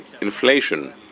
inflation